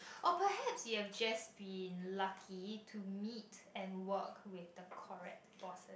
oh perhaps you have just been lucky to meet and work with the correct bosses